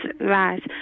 Right